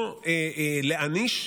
לא להעניש,